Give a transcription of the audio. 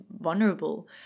vulnerable